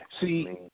see